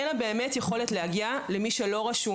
אין לה יכולת להגיע למי שלא רשום,